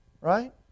right